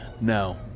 No